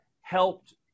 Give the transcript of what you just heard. helped